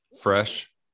fresh